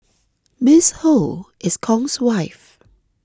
Miss Ho is Kong's wife